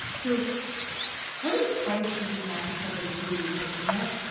so what advice would you have for somebody who has met,